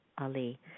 Ali